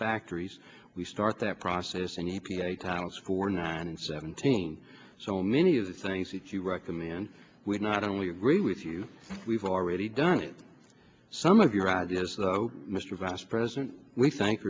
factories we start that process and e p a titles for nine and seventeen so many of the things that you recommend we not only agree with you we've already done it some of your ideas though mr vice president we thank